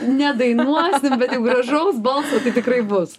nedainuosim bet gražaus balso tai tikrai bus